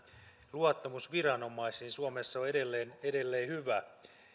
luottamus viranomaisiin suomessa on edelleen edelleen hyvä